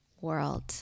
world